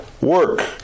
work